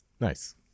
Nice